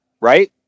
right